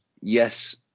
yes